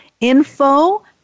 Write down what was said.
info